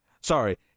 Sorry